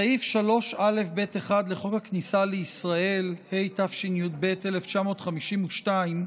סעיף 3א(ב1) לחוק הכניסה לישראל, התשי"ב 1952,